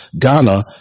Ghana